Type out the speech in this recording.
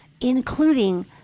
including